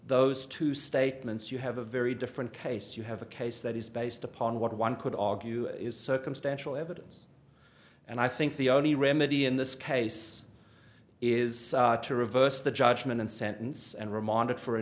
those two statements you have a very different case you have a case that is based upon what one could argue is circumstantial evidence and i think the only remedy in this case is to reverse the judgment and sentence and remodelled for a